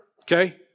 Okay